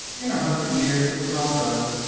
in a hundred years it was all done.